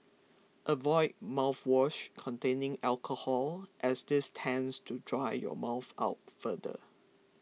avoid mouthwash containing alcohol as this tends to dry your mouth out further